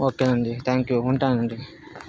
okay అండి thank you ఉంటానండి